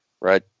right